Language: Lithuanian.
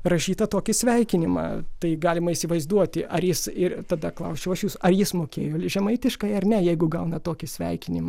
rašytą tokį sveikinimą tai galima įsivaizduoti ar jis ir tada klausčiau aš jus ar jis mokėjo žemaitiškai ar ne jeigu gauna tokį sveikinimą